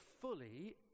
fully